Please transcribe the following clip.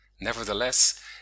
Nevertheless